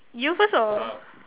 you first or